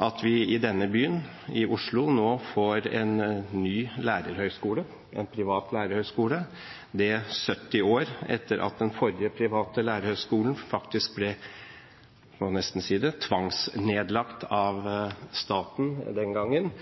at vi i denne byen, i Oslo, nå får en ny lærerhøyskole, en privat lærerhøyskole, 70 år etter at den forrige private lærerhøyskolen faktisk ble – man må nesten si det – tvangsnedlagt av staten den gangen.